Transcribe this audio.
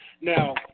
Now